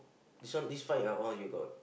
this one this right all you got